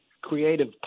creative